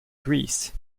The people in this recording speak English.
greece